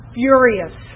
furious